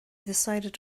decided